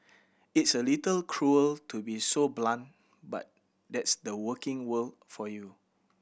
it's a little cruel to be so blunt but that's the working world for you